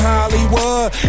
Hollywood